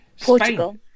Portugal